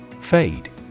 Fade